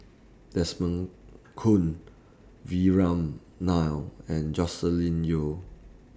Desmond Kon Vikram Nair and Joscelin Yeo